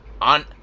on